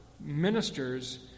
ministers